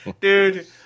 Dude